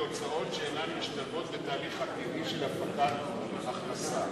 הוצאות שאינן משתלבות בתהליך הטבעי של הפקת ההכנסה.